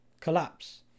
collapse